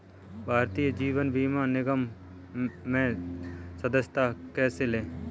भारतीय जीवन बीमा निगम में सदस्यता कैसे लें?